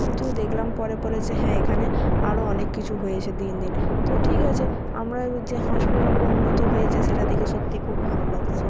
কিন্তু দেখলাম পরে পরে যে হ্যাঁ এখানে আরও অনেক কিছু হয়েছে দিন দিন তো ঠিক আছে আমরা যে হসপিটালগুলো উন্নত হয়েছে সেটা দেখে সত্যিই খুব ভালো লাগছে